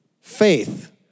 Faith